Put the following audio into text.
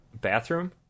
Bathroom